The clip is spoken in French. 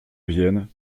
vienne